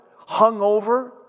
hungover